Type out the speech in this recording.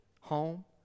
home